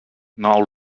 now